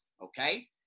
okay